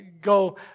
go